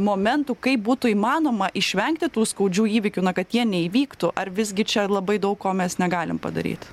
momentų kaip būtų įmanoma išvengti tų skaudžių įvykių na kad jie neįvyktų ar visgi čia labai daug ko mes negalim padaryt